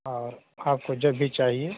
और आपको जब भी चाहिए